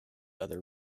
other